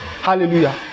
Hallelujah